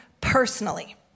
personally